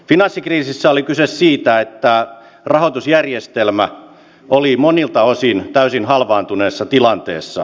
finanssikriisissä oli kyse siitä että rahoitusjärjestelmä oli monilta osin täysin halvaantuneessa tilanteessa